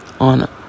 On